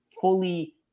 fully